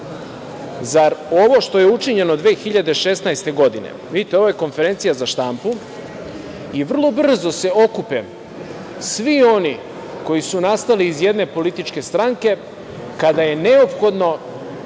Zar ovo što je učinjeno 2016. godine, vidite ovo je konferencija za štampu, i vrlo brzo se okupe svi oni koji su nastali iz jedne političke stranke kada je neophodno